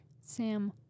Sam